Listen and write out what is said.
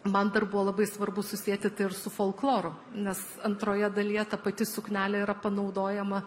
man dar buvo labai svarbu susieti su folkloru nes antroje dalyje ta pati suknelė yra panaudojama